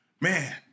Man